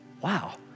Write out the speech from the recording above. wow